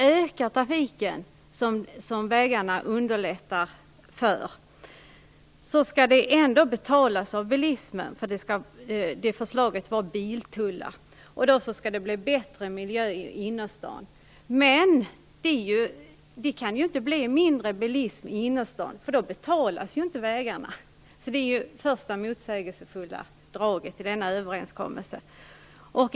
Ökad trafik, som nya vägar ju bidrar till, skall betalas av bilismen. Det finns nämligen förslag om biltullar. Det skall bli bättre miljö i innerstaden. Men om det blir mindre bilism i innerstaden betalas inte vägarna. Det är det första motsägelsefulla draget i denna överenskommelse.